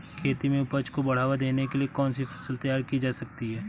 खेती में उपज को बढ़ावा देने के लिए कौन सी फसल तैयार की जा सकती है?